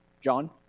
John